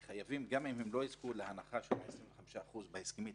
כי גם אם לא יזכו להנחה של 25% בהסכמית,